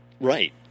Right